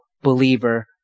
believer